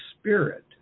spirit